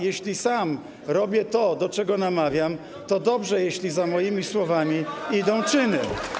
Jeśli sam robię to, do czego namawiam, to chyba dobrze, jeśli za moimi słowami idą czyny.